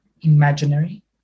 imaginary